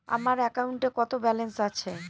আমার অ্যাকাউন্টে কত ব্যালেন্স আছে?